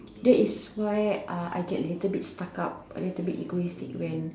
that is why uh I get little bit stuck up I get little bit egoistic when